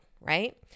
right